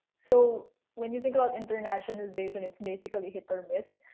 so when you think about internationalization, it's basically hit or miss.